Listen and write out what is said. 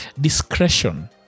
Discretion